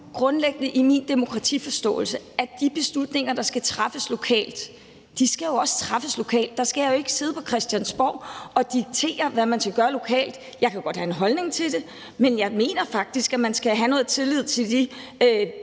grundlæggende i min demokratiforståelse, at de beslutninger, der skal træffes lokalt, også skal træffes lokalt. Der skal jeg jo ikke sidde på Christiansborg og diktere, hvad man skal gøre lokalt. Jeg kan godt have en holdning til det, men jeg mener faktisk, at man skal have noget tillid til de